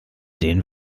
den